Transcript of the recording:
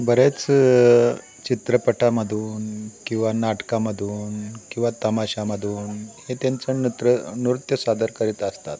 बरेच चित्रपटामधून किंवा नाटकामधून किंवा तमाशामधून हे त्यांचं नृत्र नृत्य सादर करीत असतात